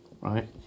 right